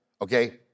okay